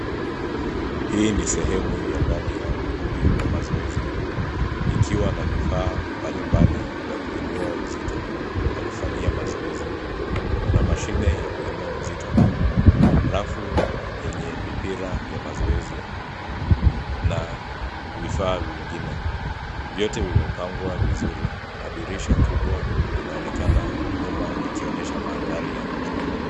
Hii ni sehemu ya ndani ya ukumbi wa mazoezi, ikiwa na vifaa mbalimbali vya kuinua uzito na kufanyia mazoezi. Kuna mashine ya kuinua uzito, rafu yenye mipira ya mazoezi na vifaa vingine. Vyote vimepangwa vizuri na dirisha kubwa linaonekana nyuma likionyesha mandhari ya nje.